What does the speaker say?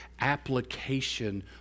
application